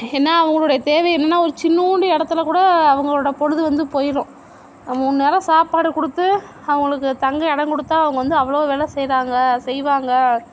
என்னா அவங்களோட தேவை என்னனால் ஒரு சின்னூண்டு இடத்துல கூட அவங்களோட பொழுது வந்து போய்டும் மூணு நேரம் சாப்பாடு கொடுத்து அவங்களுக்கு தங்க இடம் கொடுத்தா அவங்க வந்து அவ்வளோ வேலை செய்கிறாங்க செய்வாங்க